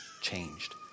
changed